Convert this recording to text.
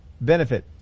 benefit